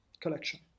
collection